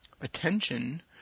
attention